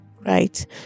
right